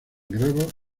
grave